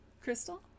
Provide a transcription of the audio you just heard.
crystal